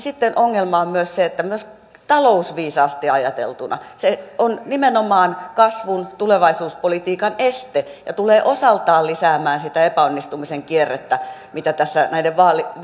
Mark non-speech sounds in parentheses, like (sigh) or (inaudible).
(unintelligible) sitten ongelma on myös se että myös talousviisaasti ajateltuna se on nimenomaan kasvun tulevaisuuspolitiikan este ja se tulee osaltaan lisäämään sitä epäonnistumisen kierrettä mitä tässä näiden